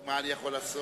ומה קיבלנו?